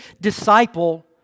disciple